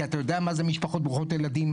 כי אתה יודע מה זה משפחות ברוכות ילדים.